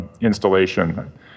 installation